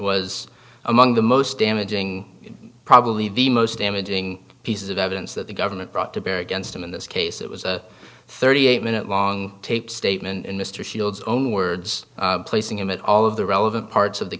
was among the most damaging probably the most damaging piece of evidence that the government brought to bear against him in this case it was a thirty eight minute long taped statement in mr fields own words placing him at all of the relevant parts of the